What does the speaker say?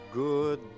good